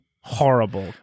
horrible